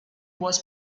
was